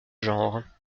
genre